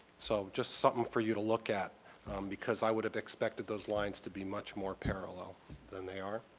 so just something for you to look at because i would have expected those lines to be much more parallel than they are.